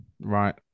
right